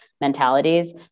mentalities